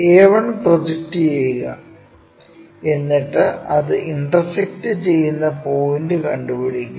a1 project ചെയ്യുക എന്നിട്ടു അത് ഇന്റർസെക്ക്ട് ചെയ്യുന്ന പോയിൻറ് കണ്ടുപിടിക്കുക